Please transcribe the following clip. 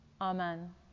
amen